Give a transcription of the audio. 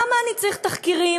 למה אני צריך תחקירים?